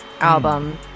album